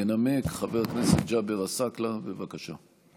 ינמק חבר הכנסת ג'אבר עסאקלה, בבקשה.